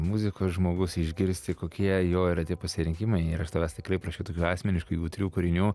muzikos žmogus išgirsti kokie jo yra tie pasirinkimai ir aš tavęs tikrai prašiau tokių asmeniškų jautrių kūrinių